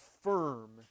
firm